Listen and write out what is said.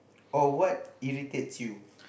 or what irritates you